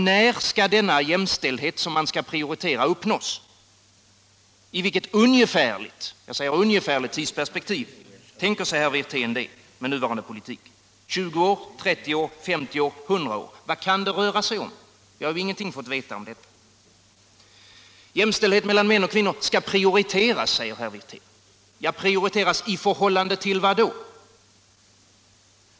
När skall denna jämställdhet som man skall prioritera uppnås? Inom vilket ungefärligt tidsperspektiv tänker sig herr Wirtén att man skall uppnå jämställdhet med nuvarande politik — vad kan det röra sig om: 20, 30, 50 eller 100 år? Vi har ingenting fått veta om detta. Jämställdhet mellan män och kvinnor skall prioriteras, säger herr Wirtén. Prioriteras i förhållande till vad då?